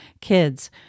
Kids